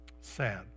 sad